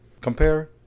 Compare